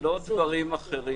וגם לא דברים אחרים.